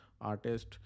artist